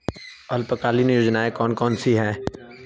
अल्पकालीन योजनाएं कौन कौन सी हैं?